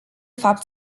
fapt